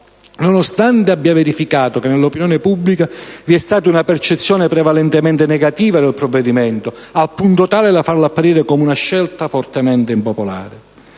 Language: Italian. nonostante abbia verificato che nell'opinione pubblica vi è stata una percezione prevalentemente negativa del provvedimento, al punto da farlo apparire come una scelta fortemente impopolare.